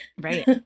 right